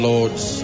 Lords